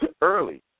early